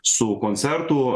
su koncertų